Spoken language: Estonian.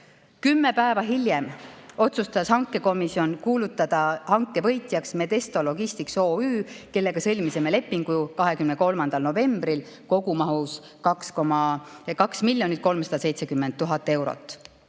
Kümme päeva hiljem otsustas hankekomisjon kuulutada hanke võitjaks Medesto Logistics OÜ, kellega sõlmisime lepingu 23. novembril kogumahus 2 370 000 eurot.